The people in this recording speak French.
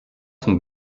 sont